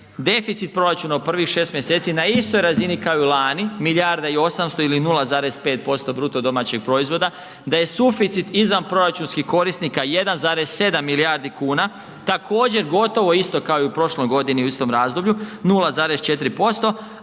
deficit proračuna u prvih 6 mjeseci na istoj razini kao i lani, milijarda i 800 ili 0,5% BDP-a, da je suficit izvanproračunskih korisnika 1,7 milijardi kuna, također gotovo isto kao i u prošloj godini u istom razdoblju 0,4%